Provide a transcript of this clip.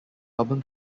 album